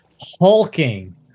hulking